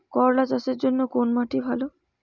করলা চাষের জন্য কোন মাটি ভালো?